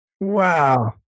Wow